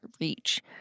reach